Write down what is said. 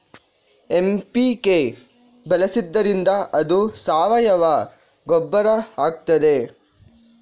MPK ಬಳಸಿದ್ದರಿಂದ ಅದು ಸಾವಯವ ಗೊಬ್ಬರ ಆಗ್ತದ?